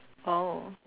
oh